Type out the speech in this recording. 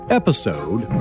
episode